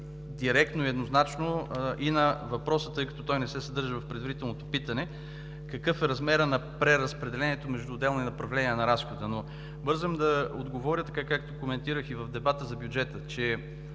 директно и еднозначно и на въпроса, тъй като той не се съдържа в предварителното питане, какъв е размерът на преразпределението между отделни направления на разхода. Бързам обаче да отговоря така, както коментирах и в дебата за бюджета, че